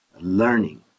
Learning